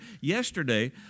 Yesterday